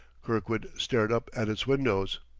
kirkwood stared up at its windows,